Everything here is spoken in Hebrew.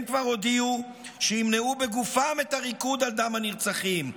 הם כבר הודיעו שימנעו בגופם את הריקוד על דם הנרצחים.